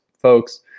folks